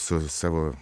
su savo